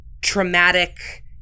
Traumatic